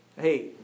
hey